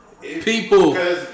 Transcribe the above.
People